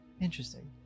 Interesting